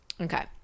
Okay